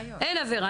אין עבירה?